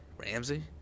Ramsey